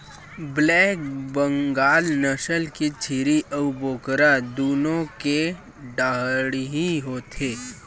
black Bengal नसल के छेरी अउ बोकरा दुनो के डाढ़ही होथे